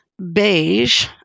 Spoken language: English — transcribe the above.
Beige